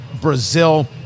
Brazil